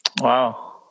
Wow